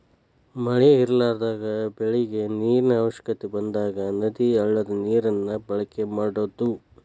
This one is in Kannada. ಮಳಿ ಇರಲಾರದಾಗ ಬೆಳಿಗೆ ನೇರಿನ ಅವಶ್ಯಕತೆ ಬಂದಾಗ ನದಿ, ಹಳ್ಳದ ನೇರನ್ನ ಬಳಕೆ ಮಾಡುದು